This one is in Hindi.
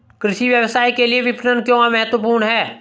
कृषि व्यवसाय के लिए विपणन क्यों महत्वपूर्ण है?